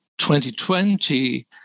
2020